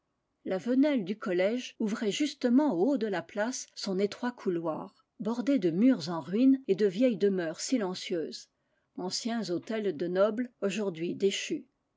la venelle du collège ouvrait justement au haut de la place son étroit couloir bordé de murs en ruine et de vieilles demeures silencieuses anciens hôtels de nobles aujourd'hui déchus